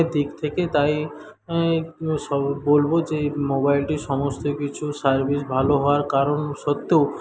দিক থেকে তাই একটু বলবো যে মোবাইলটি সমস্ত কিছু সার্ভিস ভালো হওয়ার কারণ সত্ত্বেও